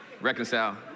reconcile